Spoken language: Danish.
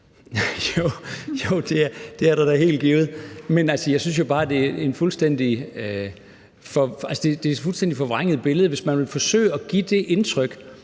Jo, det er der da helt givet. Men altså, jeg synes jo bare, det er et fuldstændig forvrænget billede, hvis man vil forsøge at give det indtryk,